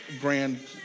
grand